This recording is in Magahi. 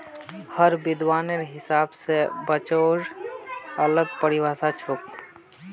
हर विद्वानेर हिसाब स बचाउर अलग परिभाषा छोक